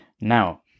Now